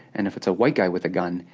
and if it's a white guy with a gun,